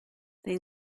they